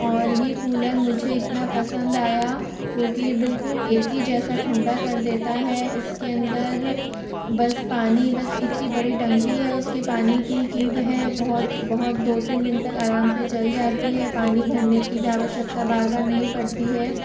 और ये कूलर मुझे इतना पसंद आया क्योंकि ये बिल्कुल ऐसी जैसा ठंडा कर देता है इसके अंदर बस पानी बस इतनी बड़ी टंकी है उसके पानी की की वह बहुत बहुत दो तीन दिन तक आराम से चल जाती है पानी भरने की भी आवश्यकता बार बार नहीं पड़ती हैं